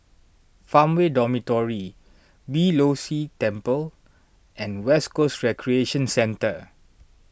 Farmway Dormitory Beeh Low See Temple and West Coast Recreation Centre